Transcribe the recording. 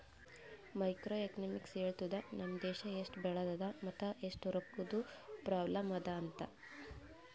macro economics ಹೇಳ್ತುದ್ ನಮ್ ದೇಶಾ ಎಸ್ಟ್ ಬೆಳದದ ಮತ್ ಎಸ್ಟ್ ರೊಕ್ಕಾದು ಪ್ರಾಬ್ಲಂ ಅದಾ ಅಂತ್